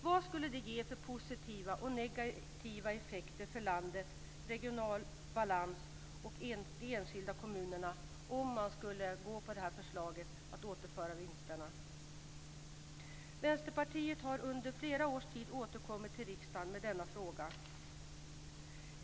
Vad skulle det ge för positiva och negativa effekter för landet, regional balans och de enskilda kommunerna om man skulle gå på det här förslaget att återföra vinsterna? Vänsterpartiet har under flera års tid återkommit till riksdagen med denna fråga.